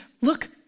look